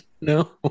No